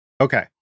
Okay